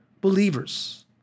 believers